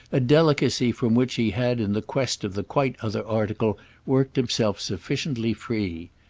a delicacy from which he had in the quest of the quite other article worked himself sufficiently free.